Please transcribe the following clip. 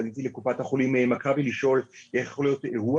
פניתי לקופת החולים מכבי לשאול: איך יכול להיות אירוע